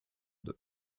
deux